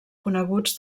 coneguts